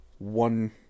one